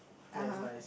(uh huh)